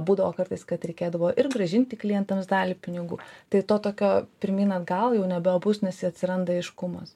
būdavo kartais kad reikėdavo ir grąžinti klientams dalį pinigų tai to tokio pirmyn atgal jau nebebus nes atsiranda aiškumas